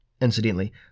Incidentally